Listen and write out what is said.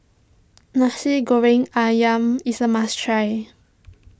Nasi Goreng Ayam is a must try